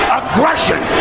aggression